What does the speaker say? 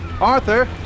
Arthur